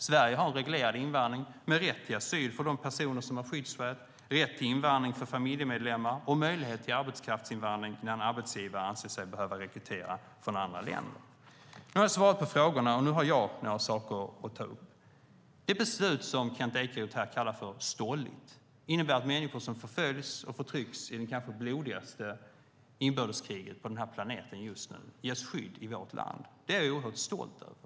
Sverige har en reglerad invandring med rätt till asyl för de personer som har skyddsskäl, rätt till invandring för familjemedlemmar och möjligheter till arbetskraftsinvandring när en arbetsgivare anser sig behöva rekrytera från andra länder. Nu har jag svarat på frågorna, och nu har jag några saker att ta upp. Det beslut som Kent Ekeroth kallar stolligt innebär att människor som förföljs och förtrycks i det just nu kanske blodigaste inbördeskriget på planeten ges skydd i vårt land. Det är jag oerhört stolt över.